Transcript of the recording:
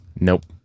Nope